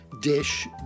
dish